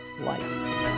life